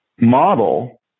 model